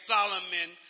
Solomon